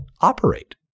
operate